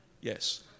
Yes